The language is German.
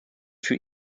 für